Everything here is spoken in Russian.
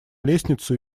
лестницу